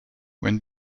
when